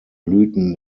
blüten